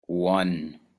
one